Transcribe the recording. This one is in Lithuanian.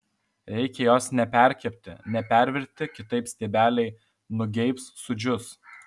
reikia jos neperkepti nepervirti kitaip stiebeliai nugeibs sudžius